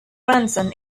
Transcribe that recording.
grandson